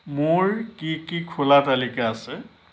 মোৰ কি কি খোলা তালিকা আছে